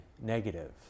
negative